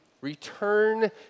return